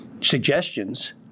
suggestions